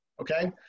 Okay